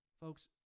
folks